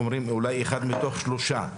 ואומרים אולי אחד מתוך שלושה.